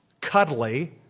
cuddly